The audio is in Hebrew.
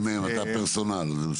כן, מתן מהמ.מ.מ, אתה פרסונל, זה בסדר.